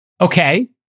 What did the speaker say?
okay